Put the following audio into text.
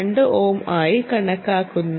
2 ohm ആയി കണക്കാക്കുന്നു